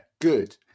good